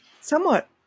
somewhat